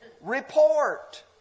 Report